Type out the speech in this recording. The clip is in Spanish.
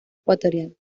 ecuatorial